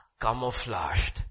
camouflaged